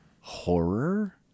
horror